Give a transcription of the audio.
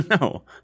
no